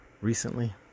Recently